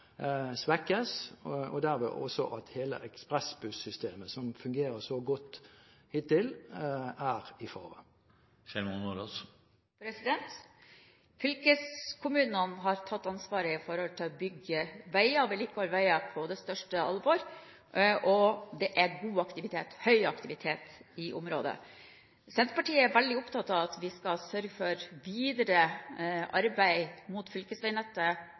svekkes, og dermed også at hele ekspressbuss-systemet, som har fungert så godt hittil, er i fare. Fylkeskommunene har tatt ansvaret for å bygge veier og vedlikeholde veier på det største alvor, og det er høy aktivitet på området. Senterpartiet er veldig opptatt av at vi også fortsatt skal sørge for videre arbeid mot fylkesveinettet.